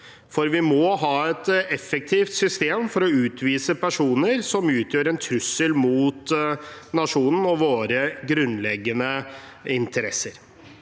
for vi må ha et effektivt system for å utvise personer som utgjør en trussel mot nasjonen og våre grunnleggende interesser.